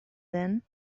then